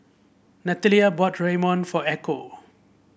Nathalia bought Ramyeon for Echo